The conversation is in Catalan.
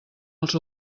els